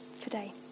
today